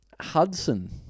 Hudson